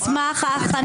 מסמך ההכנה.